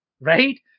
right